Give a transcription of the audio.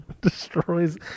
destroys